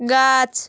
গাছ